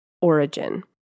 origin